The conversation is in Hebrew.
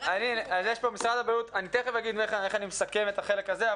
--- יש פה ממשרד הבריאות אני תקף אגיד איך אני מסכם את החלק הזה.